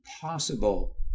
possible